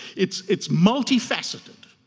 it's it's multi-faceted